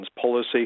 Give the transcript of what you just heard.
policy